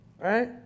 Right